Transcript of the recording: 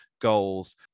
goals